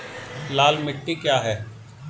लाल मिट्टी क्या है?